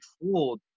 fooled